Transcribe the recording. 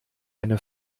eine